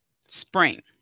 Spring